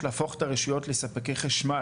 לאיפה שיש שטחים פתוחים בשפע ובזול,